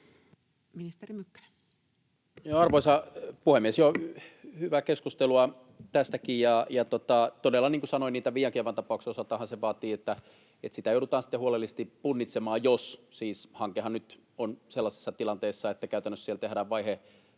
Arvoisa puhemies! Joo, hyvää keskustelua tästäkin, ja todella, niin kuin sanoin, Viiankiaavan tapauksen osaltahan se vaatii sitä, että sitä joudutaan huolellisesti punnitsemaan. Siis hankehan nyt on sellaisessa tilanteessa, että käytännössä siellä